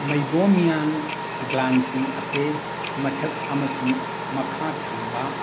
ꯃꯩꯕꯣꯃꯤꯌꯥꯟ ꯒ꯭ꯂꯥꯟꯁꯤꯡ ꯑꯁꯦ ꯃꯊꯛ ꯑꯃꯁꯨꯡ ꯃꯈꯥꯊꯪꯕ